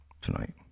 tonight